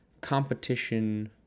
competition